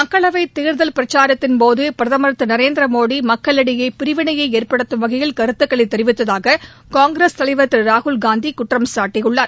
மக்களவைத் தேர்தல் பிரச்சாரத்தின்போது பிரதமர் திரு நரேந்திரமோடி மக்களிடையே பிரிவினையை ஏற்படுத்தும் வகையில் கருத்துக்களைத் தெரிவித்ததாக காங்கிரஸ் தலைவா் திரு ராகுல்காந்தி குற்றம்சாட்டியுள்ளார்